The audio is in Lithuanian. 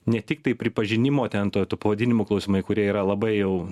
ne tiktai pripažinimo ten to to pavadinimų klausimai kurie yra labai jau